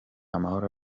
amahoro